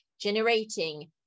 generating